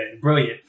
brilliant